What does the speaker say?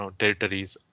territories